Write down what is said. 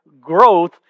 growth